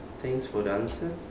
thanks for the answer